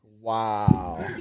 Wow